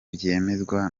byemezwa